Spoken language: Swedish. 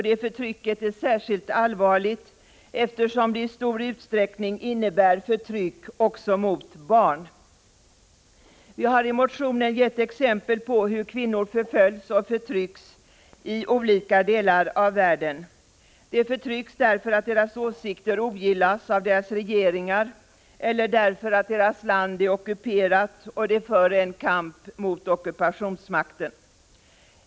Det förtrycket är särskilt allvarligt eftersom det i stor utsträckning innebär förtryck också av barn. Vi har i motionen gett exempel på hur kvinnor förföljs och förtrycks i olika delar av världen. De förtrycks därför att deras åsikter ogillas av deras regeringar eller därför att deras land är ockuperat och de för en kamp mot ockupationsmakten.